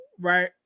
right